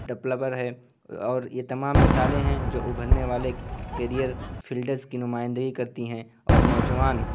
ڈپلور ہے اور یہ تمام مثالیں ہیں جو ابھرنے والے کیریئر فلڈس کی نمائندگی کرتی ہیں اور نوجوان